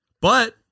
but-